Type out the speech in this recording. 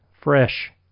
Fresh